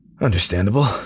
Understandable